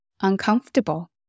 uncomfortable